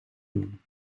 doen